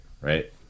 right